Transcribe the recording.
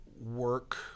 work